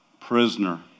prisoner